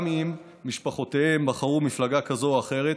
גם אם משפחותיהם בחרו מפלגה כזאת או אחרת,